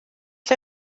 ble